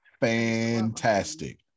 Fantastic